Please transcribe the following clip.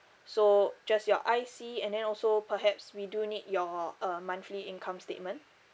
so just your I_C and then also perhaps we do need your uh monthly income statement